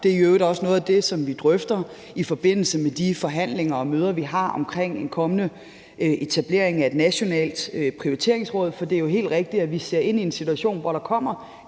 Det er i øvrigt også noget af det, som vi drøfter i forbindelse med de forhandlinger og møder, vi har om en kommende etablering af et nationalt prioriteringsråd. For det er jo helt rigtigt, at vi ser ind i en situation, hvor der kommer